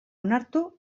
onartu